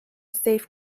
safe